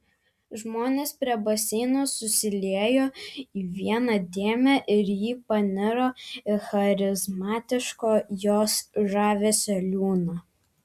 žmonės prie baseino susiliejo į vieną dėmę ir ji paniro į charizmatiško jo žavesio liūną